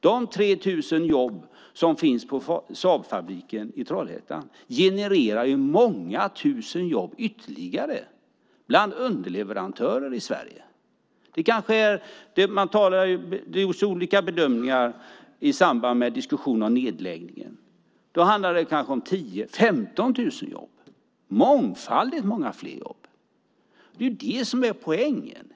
De 3 000 jobb som finns på Saabfabriken i Trollhättan genererar ju många tusen ytterligare jobb bland underleverantörer i Sverige. Det görs olika bedömningar i samband med diskussion av nedläggningen, men det handlar om kanske 10 000-15 000 jobb, alltså mångfalt många fler jobb. Det är det som är poängen.